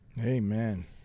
Amen